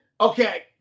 Okay